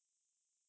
mm